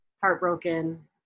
heartbroken